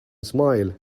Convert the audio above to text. smile